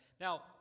Now